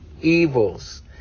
evils